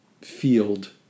field